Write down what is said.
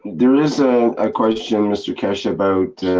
there is. a ah question mr keshe about.